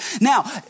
Now